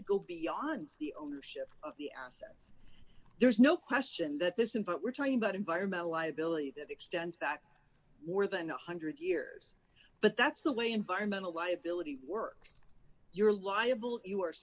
to go beyond the ownership of the assets there's no question that this in part we're talking about environmental liability that extends back more than one hundred years but that's the way environmental liability works you're liable if you are